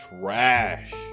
trash